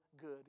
good